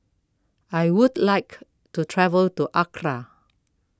I would like to travel to Accra